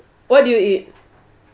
what did you eat